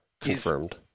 confirmed